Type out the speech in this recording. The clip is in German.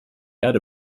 erde